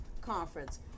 Conference